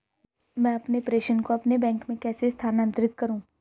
मैं अपने प्रेषण को अपने बैंक में कैसे स्थानांतरित करूँ?